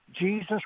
Jesus